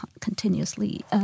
continuously